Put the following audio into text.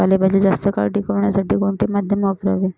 पालेभाज्या जास्त काळ टिकवण्यासाठी कोणते माध्यम वापरावे?